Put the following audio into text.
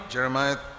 Jeremiah